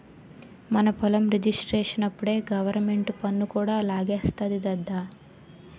మన పొలం రిజిస్ట్రేషనప్పుడే గవరమెంటు పన్ను కూడా లాగేస్తాది దద్దా